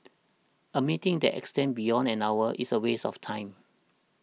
a meeting that extends beyond an hour is a waste of time